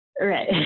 Right